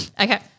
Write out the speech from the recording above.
Okay